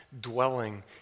dwelling